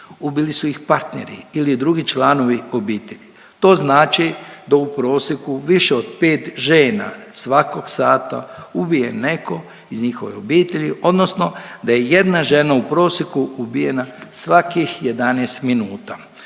Ubili su ih partneri ili drugi članovi obitelji. To znači da u prosjeku više od 5 žena svakog sata ubije netko iz njihove obitelji odnosno da je jedna žena u prosjeku ubijena svakih 11 minuta.